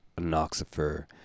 Anoxifer